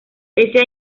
ese